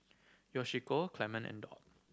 Yoshiko Clemon and Dot